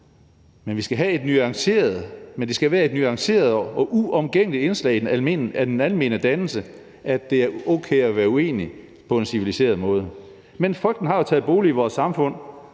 Men det skal være et nuanceret og uomgængeligt indslag i den almene dannelse, at det er okay at være uenig på en civiliseret måde. Men frygten har jo taget bolig i vores samfund,